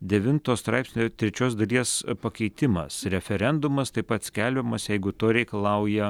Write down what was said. devinto straipsnio trečios dalies pakeitimas referendumas taip pat skelbiamas jeigu to reikalauja